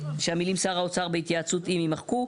שהמילים "שר האוצר בהתייעצות עם" - יימחקו,